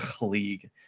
League